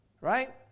right